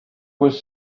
was